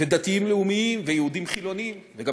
ודתיים-לאומיים ויהודים חילונים וגם